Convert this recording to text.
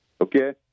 Okay